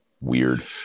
Weird